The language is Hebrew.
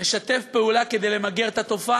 נשתף פעולה כדי למגר את התופעה.